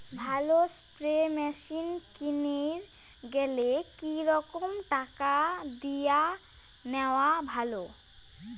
ভালো spray machine কিনির গেলে কি রকম টাকা দিয়া নেওয়া ভালো?